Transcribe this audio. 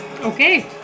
Okay